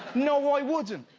no, i wouldn't.